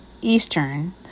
Eastern